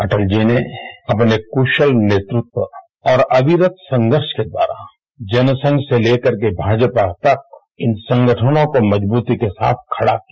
अटल जी ने अपने कुशल नेतृत्व और अभिरत संघर्ष के द्वारा जनसंघ से लेकर के भाजपा तक इन संगठनों को मजबूती के साथ खड़ा किया